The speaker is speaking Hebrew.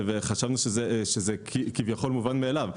חשבנו שזה מובן מאליו.